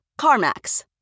CarMax